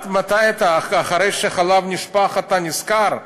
אחרי שהחלב נשפך אתה נזכר?